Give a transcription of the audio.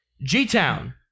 G-Town